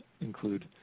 include